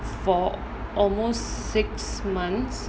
for almost six months